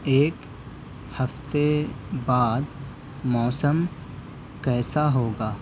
ایک ہفتے بعد موسم کیسا ہوگا